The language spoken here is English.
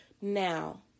Now